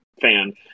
fan